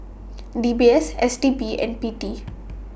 D B S S D P and P T